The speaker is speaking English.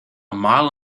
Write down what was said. mile